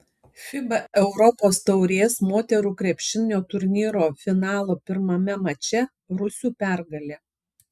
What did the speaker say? fiba europos taurės moterų krepšinio turnyro finalo pirmame mače rusių pergalė